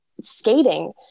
skating